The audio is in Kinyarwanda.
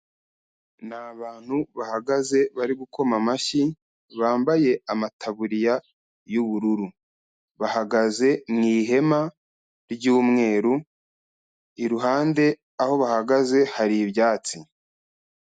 Ni abantu bahagaze bari gukoma amashyi bambaye amataburiya y'ubururu. Bahagaze mu ihema ry'umweru iruhande aho bahagaze hari ibyatsi.